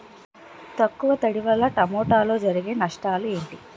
తక్కువ తడి వల్ల టమోటాలో జరిగే నష్టాలేంటి?